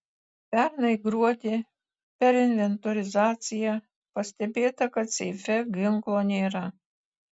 pernai gruodį per inventorizaciją pastebėta kad seife ginklo nėra